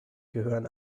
gehören